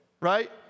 right